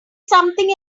something